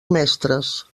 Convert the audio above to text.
mestres